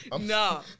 No